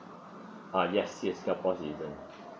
uh yes yes singapore citizen